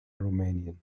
romanian